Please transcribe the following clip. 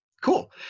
cool